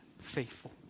faithful